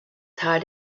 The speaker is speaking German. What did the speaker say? tal